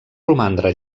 romandre